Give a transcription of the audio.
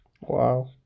Wow